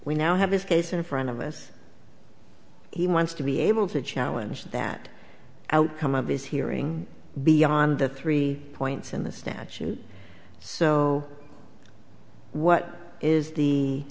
we now have this case in front of us he wants to be able to challenge that outcome of this hearing beyond the three points in the statute so what is the